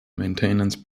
maintenance